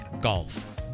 golf